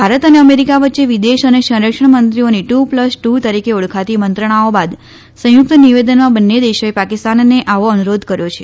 ભારત અને અમેરિકા વચ્ચે વિદેશ અને સંરક્ષણ મંત્રીઓની ટુ પ્લસ ટુ તરીકે ઓળખાતી મંત્રણાઓ બાદ સંયુક્ત નિવેદનમાં બંને દેશોએ પાકિસ્તાનને આવો અનુરોધ કર્યો છે